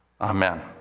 Amen